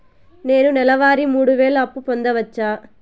నేను నెల వారి మూడు వేలు అప్పు పొందవచ్చా?